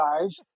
guys